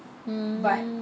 mm